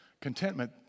contentment